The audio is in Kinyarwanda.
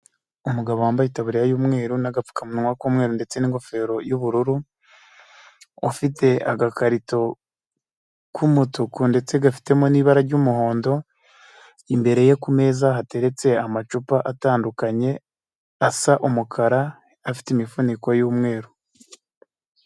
Umugabo wambaye itaburiya y'umweru n'agapfukamunwa k'umweru ndetse n'ingofero y'ubururu, ufite agakarito k'umutuku ndetse gafitemo n'ibara ry'umuhondo, imbere ye kumeza hateretse amacupa atandukanye asa umukara afite imifuniko y'umweru.